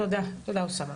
תודה, אוסאמה.